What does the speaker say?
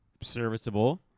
serviceable